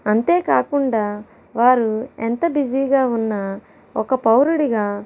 అంతేకాకుండా వారు ఎంత బిజీగా ఉన్నా ఒక పౌరుడిగా